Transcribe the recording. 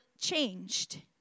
changed